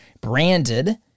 branded